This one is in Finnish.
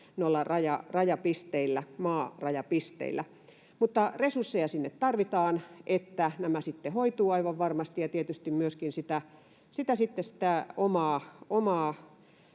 sitten vielä maarajapisteillä. Resursseja sinne tarvitaan, että nämä sitten hoituvat aivan varmasti, ja sitten tietysti myöskin sitä omaa